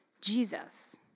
Jesus